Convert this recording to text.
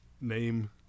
name